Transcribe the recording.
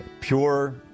Pure